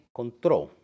control